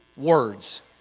Words